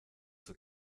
zur